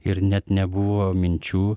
ir net nebuvo minčių